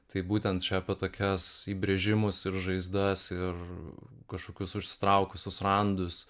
taip būtent apie tokias įbrėžimus ir žaizdas ir kažkokius užsitraukusius randus